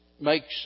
makes